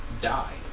die